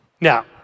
Now